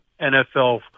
NFL